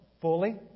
fully